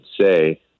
say